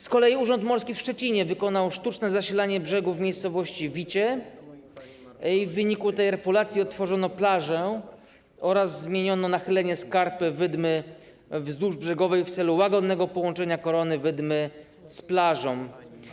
Z kolei Urząd Morski w Szczecinie wykonał sztuczne zasilanie brzegów w miejscowości Wicie i w wyniku tej refulacji odtworzono plażę oraz zmieniono nachylenie skarpy wydmy wzdłużbrzegowej w celu łagodnego połączenia korony wydmy z plażą.